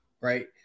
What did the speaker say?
Right